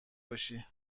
باشی